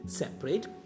separate